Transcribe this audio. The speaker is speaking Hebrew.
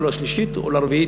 ולא לשלישית או לרביעית.